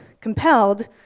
compelled